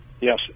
Yes